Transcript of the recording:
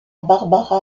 barbara